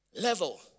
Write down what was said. level